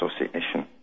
association